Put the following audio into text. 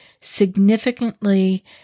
significantly